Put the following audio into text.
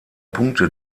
punkte